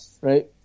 right